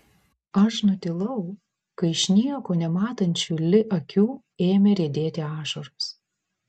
aš nutilau kai iš nieko nematančių li akių ėmė riedėti ašaros